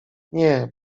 nie